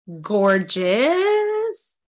gorgeous